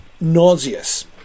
Nauseous